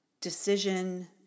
decision